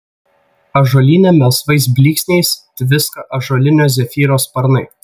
ąžuolyne melsvais blyksniais tviska ąžuolinio zefyro sparnai